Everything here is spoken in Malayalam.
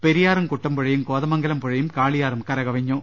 പെരിയാറും കുട്ടമ്പുഴയും കോതമംഗലം പുഴയും കാളിയാറും കര ദ്ദ കവിഞ്ഞു